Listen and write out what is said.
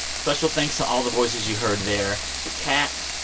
special thanks to all the voices you heard there kat,